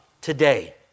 today